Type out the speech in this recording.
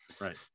Right